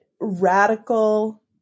radical